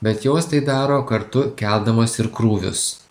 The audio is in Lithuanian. bet jos tai daro kartu keldamos ir krūvius